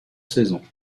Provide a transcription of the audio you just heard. saison